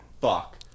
fuck